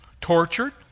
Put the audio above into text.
tortured